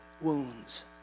wounds